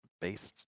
Based